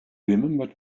remembered